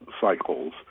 cycles